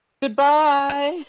goodbye.